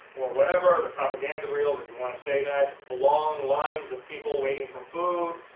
whatever, the propaganda reels if you want to say that, the long lines of people waiting for food,